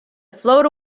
float